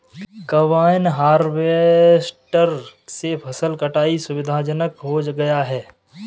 combine harvester से फसल कटाई सुविधाजनक हो गया है